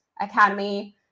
Academy